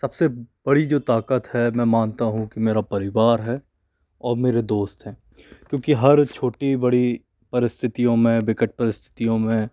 सबसे बड़ी जो ताकत है मैं मानता हूँ कि मेरा परिवार है और मेरे दोस्त हैं क्योंकि हर छोटी बड़ी परिस्थितियों में विकट परिस्थितियों में